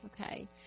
Okay